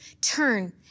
turn